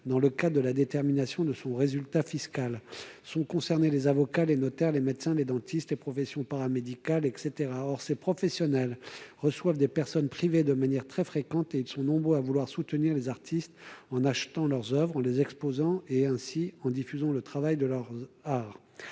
dans le cadre de la détermination du résultat fiscal. Sont entre autres concernés les avocats, les notaires, les médecins, les dentistes et les professions paramédicales. Or ces professionnels reçoivent des personnes privées à titre régulier et ils sont nombreux à vouloir soutenir les artistes en achetant leurs oeuvres et en exposant celles-ci, diffusant par là le travail de leur art.